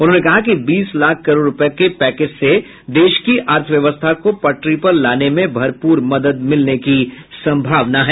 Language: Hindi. उन्होंने कहा कि बीस लाख करोड़ रूपये के पैकेज से देश की अर्थव्यवस्था को पटरी पर लाने में भरपूर मदद मिलने की संभावना है